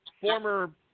former